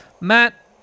Matt